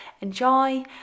enjoy